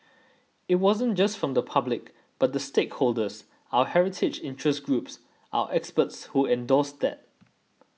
it wasn't just from the public but the stakeholders our heritage interest groups our experts who endorsed that